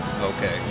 Okay